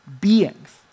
beings